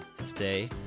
stay